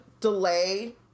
delay